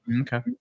Okay